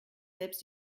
selbst